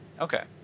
okay